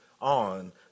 on